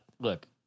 Look